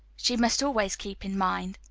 she must always keep in mind.